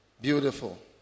Beautiful